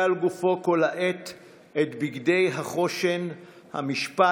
על גופו כל העת את בגד חושן המשפט,